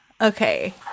okay